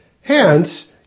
Hence